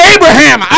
Abraham